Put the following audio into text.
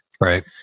Right